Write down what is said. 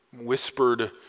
whispered